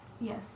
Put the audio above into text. Yes